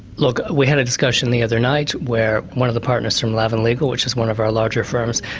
look, we had a discussion the other night where one of the partners from lavan legal, which is one of our larger firms,